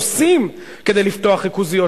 עושים כדי לפתוח ריכוזיות.